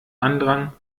andrang